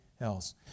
else